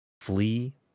Flee